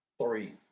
three